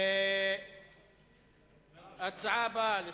הנושא הבא: